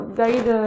guide